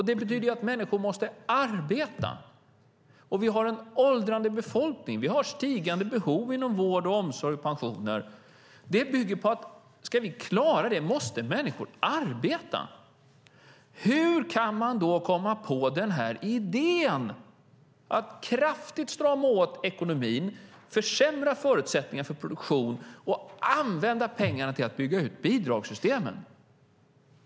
Det betyder att människor måste arbeta. Ska vi klara det bygger det på att människor måste arbeta. Hur kan man då komma på idén att kraftigt strama åt ekonomin, försämra förutsättningarna för produktion och använda pengarna till att bygga ut bidragssystemen?